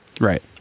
right